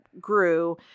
grew